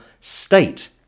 state